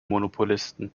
monopolisten